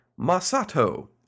Masato